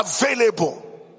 available